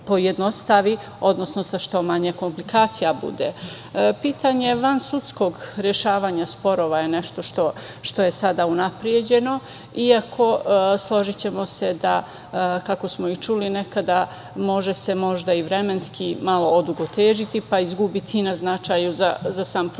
odnosno sa što manje komplikacija da bude. Pitanje van sudskog rešavanja sporova je nešto što je sada unapređeno iako, složićemo se da kako smo i čuli nekada, može se možda i vremenski malo odugovlačiti, pa i izgubiti na značaju za sam proizvod